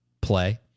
play